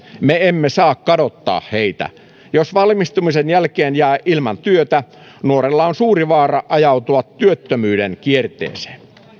me emme saa kadottaa heitä jos valmistumisen jälkeen jää ilman työtä nuorella on suuri vaara ajautua työttömyyden kierteeseen